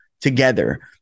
together